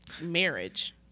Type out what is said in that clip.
marriage